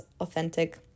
authentic